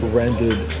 rendered